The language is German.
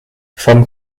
vom